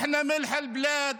(אומר דברים בשפה הערבית).